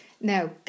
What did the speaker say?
now